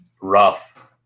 rough